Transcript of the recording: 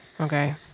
Okay